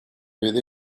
with